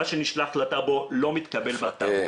מה שנשלח לטאבו לא מתקבל בטאבו.